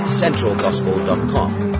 centralgospel.com